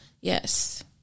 Yes